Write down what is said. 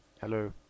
Hello